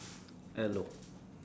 hello